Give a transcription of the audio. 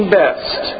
best